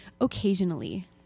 Occasionally